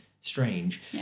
strange